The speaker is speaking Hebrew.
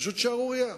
פשוט שערורייה.